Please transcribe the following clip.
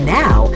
now